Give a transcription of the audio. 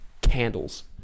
Candles